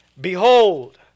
Behold